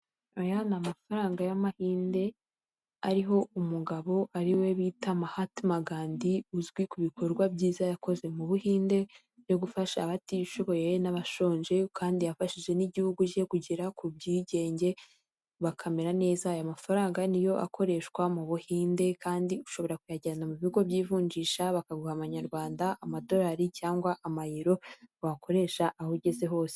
Aya ni amafaranga y'amahinde ariho umugabo, ari we bita Mahatma Gandhi uzwi ku bikorwa byiza yakoze mu Buhinde byo gufasha abatishoboye n'abashonje kandi yafashije n'igihugu cye kugera ku bwigenge bakamera neza. Aya mafaranga ni yo akoreshwa mu Buhinde kandi ushobora kuyajyana mu bigo by'ivunjisha bakaguha amanyarwanda, amadolari cyangwa amayero wakoresha aho ugeze hose.